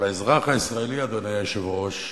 אבל האזרח הישראלי, אדוני היושב-ראש,